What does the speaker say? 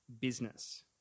business